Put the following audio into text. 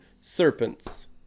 serpents